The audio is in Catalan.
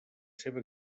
seva